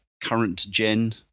current-gen